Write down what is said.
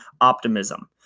optimism